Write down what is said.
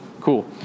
Cool